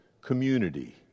community